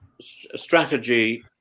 strategy